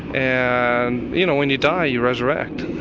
and you know when you die you resurrect,